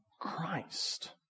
Christ